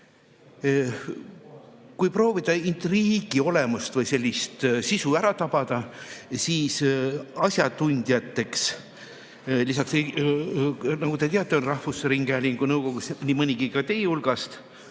Kui proovida intriigi olemust või sellist sisu ära tabada, siis asjatundjatele lisaks, nagu te teate, on rahvusringhäälingu nõukogus nii mõnigi ka teie hulgast.